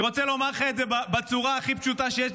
אני רוצה לומר לך את זה בצורה הכי פשוטה שיש,